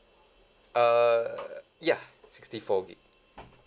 err ya sixty four gig